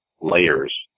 layers